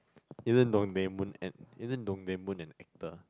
isn't Dongdaemun an isn't Dongdaemun an actor